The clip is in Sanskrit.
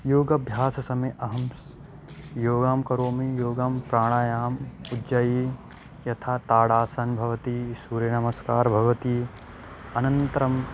योगभ्याससमये अहं स् योगं करोमि योगं प्राणायामं उज्जायि यथा ताडासनं भवति सूर्यनमस्कारः भवति अनन्तरं